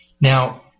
Now